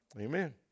Amen